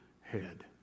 head